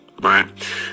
right